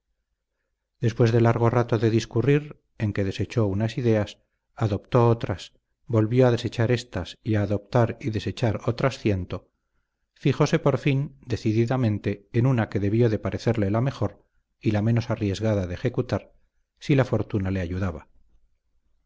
después de largo rato de discurrir en que desechó unas ideas adoptó otras volvió a desechar éstas y a adoptar y desechar otras ciento fijóse por fin decididamente en una que debió de parecerle la mejor y la menos arriesgada de ejecutar si la fortuna le ayudaba